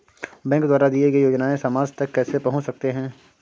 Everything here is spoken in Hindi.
बैंक द्वारा दिए गए योजनाएँ समाज तक कैसे पहुँच सकते हैं?